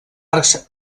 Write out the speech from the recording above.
arcs